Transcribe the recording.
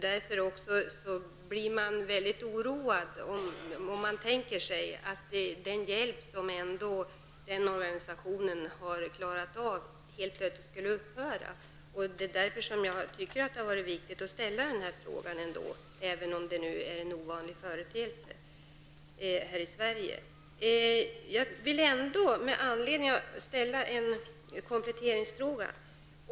Därför blir jag väldigt oroad när jag tänker mig att den hjälp som organisationen har kunnat bistå med helt plötsligt skulle upphöra. Därför tycker jag att det har varit viktigt att ställa frågan även om företeelsen är ovanlig i Sverige. Jag vill ändå med anledning av detta ställa en kompletteringsfråga.